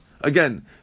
Again